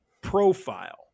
profile